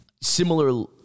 Similar